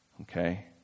Okay